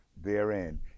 therein